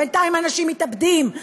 בינתיים אנשים מתאבדים,